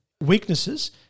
Weaknesses